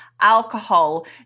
alcohol